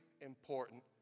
important